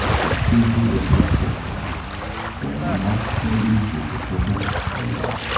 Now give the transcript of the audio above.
the two little children they are not so easy to forget, hilda.